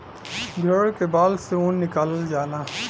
भेड़ के बार से ऊन निकालल जाला